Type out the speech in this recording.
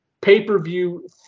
pay-per-view